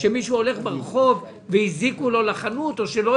שמישהו הולך ברחוב והזיקו לחנות שלו או שלא